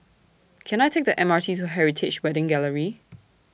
Can I Take The M R T to Heritage Wedding Gallery